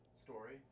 Story